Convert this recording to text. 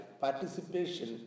participation